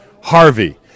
Harvey